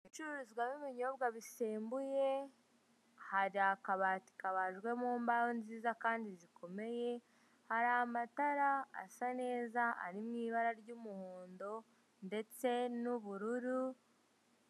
Inzu icururizwamo ibinyobwa bisembuye, hari akabati kabajwe mu mbaho nziza kandi zikomeye, hari amatara asa neza ari mu ibara ry'umuhondo ndetse n'ubururu.